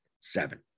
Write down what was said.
Seven